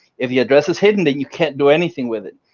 if the address is hidden that you can't do anything with it.